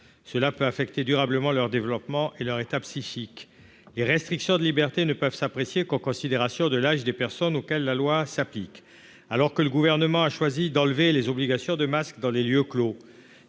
peuvent affecter durablement leur développement et leur état psychique. Les restrictions de liberté ne peuvent s'apprécier qu'en considération de l'âge des personnes auxquelles la loi s'applique. Alors que le Gouvernement a choisi de lever les obligations de port du masque dans les lieux clos